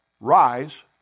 rise